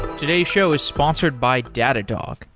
today's show is sponsored by datadog,